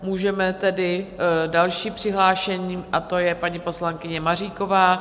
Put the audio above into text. Můžeme tedy k dalším přihlášeným a to je paní poslankyně Maříková.